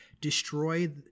destroy